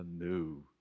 anew